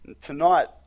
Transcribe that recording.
Tonight